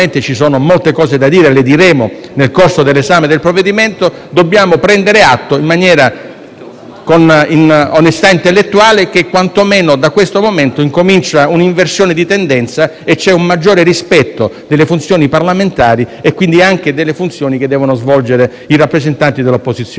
ci sono molte cose da dire, e le diremo nel corso dell'esame del provvedimento, dobbiamo prendere atto con onestà intellettuale che quantomeno da questo momento comincia un'inversione di tendenza, con un maggiore rispetto delle funzioni parlamentari e quindi anche di quelle che devono svolgere i rappresentanti dell'opposizione.